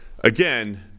again